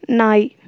நாய்